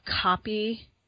copy